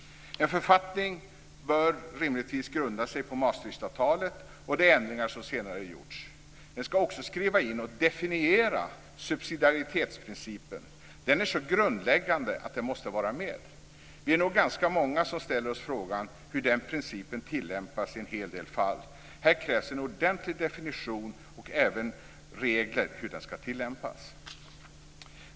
En författning bör rimligtvis grunda sig på Maastrichtavtalet och de ändringar som senare har gjorts. I den ska också subsidiaritetsprincipen skrivas in och definieras. Den är så grundläggande att den måste vara med. Vi är nog ganska många som ställer oss frågan hur den principen tillämpas i en hel del fall. Det krävs en ordentlig definition och även regler för hur den ska tillämpas.